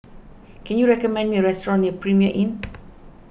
can you recommend me a restaurant near Premier Inn